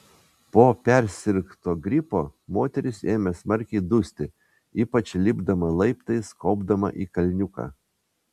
po persirgto gripo moteris ėmė smarkiai dusti ypač lipdama laiptais kopdama į kalniuką